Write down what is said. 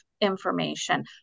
information